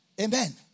Amen